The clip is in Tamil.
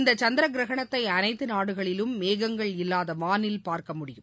இந்த சந்திர கிரகணத்தை அனைத்து நாடுகளிலும் மேகங்கள் இல்லாத வானில் பார்க்க முடியும்